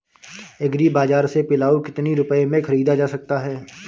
Agree बाजार से पिलाऊ कितनी रुपये में ख़रीदा जा सकता है?